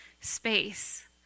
space